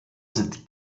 sind